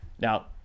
now